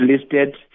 listed